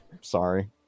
sorry